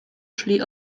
szli